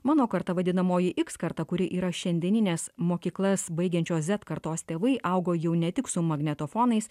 mano karta vadinamoji x karta kuri yra šiandienines mokyklas baigiančios zet atkartos tėvai augo jau ne tik su magnetofonais